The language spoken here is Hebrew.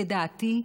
לדעתי,